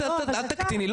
אל תקטיני,